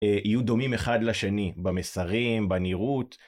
יהיו דומים אחד לשני במסרים, בניראות.